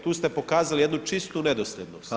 Tu ste pokazali jednu čistu nedosljednost.